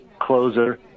closer